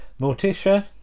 Morticia